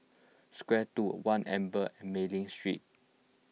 square two one Amber and Mei Ling Street